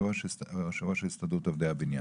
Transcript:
יושב-ראש הסתדרות עובדי הבניין.